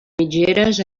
mitgeres